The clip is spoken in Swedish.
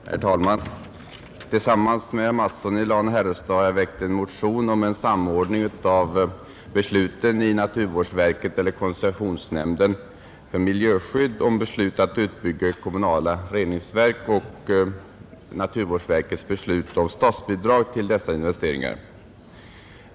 Herr talman! Tillsammans med herr Mattsson i Lane-Herrestad har jag väckt en motion om en samordning av besluten i koncessionsnämnden för miljöskydd i fråga om att bygga ut kommunala reningsverk och naturvårdsverkets beslut om statsbidrag till dessa investeringar.